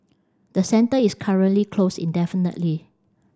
the centre is currently closed indefinitely